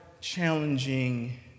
challenging